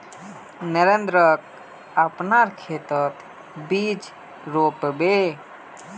नरेंद्रक अपनार खेतत बीज रोप बे